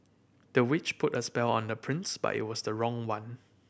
the witch put a spell on the prince but it was the wrong one